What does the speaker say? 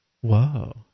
whoa